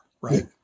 right